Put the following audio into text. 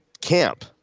camp